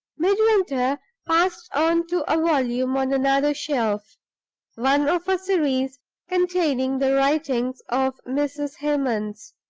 midwinter passed on to a volume on another shelf one of a series containing the writings of mrs. hemans.